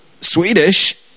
Swedish